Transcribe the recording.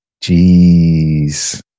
Jeez